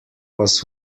was